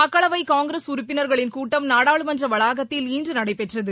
மக்களவைகாங்கிரஸ் உறுப்பினர்களின் கூட்டம் நாடாளுமன்றவளாகத்தில் இன்றுநடைபெற்றது